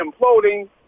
imploding